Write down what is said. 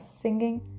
singing